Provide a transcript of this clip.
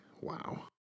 Wow